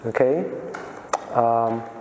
Okay